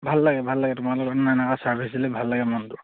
ভাল লাগে ভাল লাগে তোমালোকৰ নাই নাই ছাৰ্ভিছবিলাক ভাল লাগে মনটো